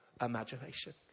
imagination